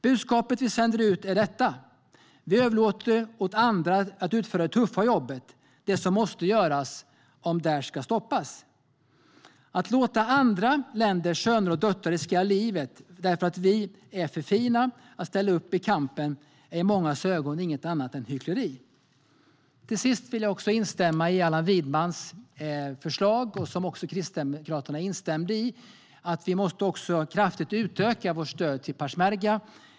Budskapet som vi sänder ut är detta: Vi överlåter åt andra att utföra det tuffa jobbet, det som måste göras om Daish ska kunna stoppas. Att låta andra länders söner och döttrar riskera livet därför att vi är för fina att ställa upp i kampen mot Daish är i mångas ögon inget annat än hyckleri. Till sist vill jag instämma i Allan Widmans förslag, som också Kristdemokraterna instämde i. Vi måste kraftigt utöka vårt stöd till peshmerga.